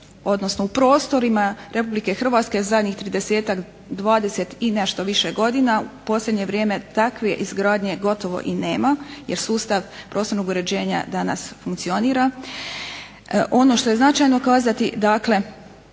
odnosno u prostorima RH zadnjih 30-ak, 20 i nešto više godina u posljednje vrijeme takve izgradnje gotovo i nema jer sustav prostornog uređenja danas funkcionira. Ono što je značajno kazati, dakle